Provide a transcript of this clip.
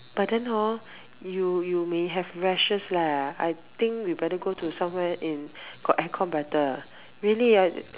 but then hor you you may have rashes leh I think we better go to somewhere in got aircon better really ah